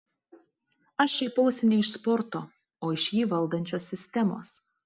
aš šaipausi ne iš sporto o iš jį valdančios sistemos